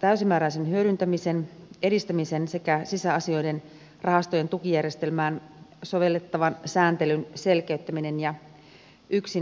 täysimääräisen hyödyntämisen edistäminen sekä sisäasioiden rahastojen tukijärjestelmään sovellettavan sääntelyn selkeyttäminen ja yksinkertaistaminen